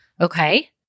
okay